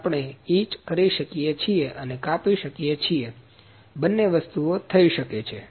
અને આપણે ઈચ કરી શકીએ છીએ અને કાપી શકીએ છીએ બંને વસ્તુઓ થઈ શકે છે